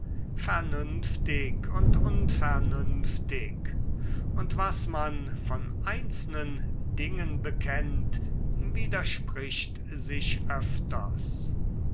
vernünftig und unvernünftig und was man von einzelnen dingen bekennt widerspricht sich öfters